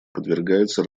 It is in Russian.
подвергается